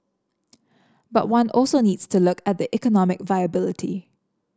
but one also needs to look at the economic viability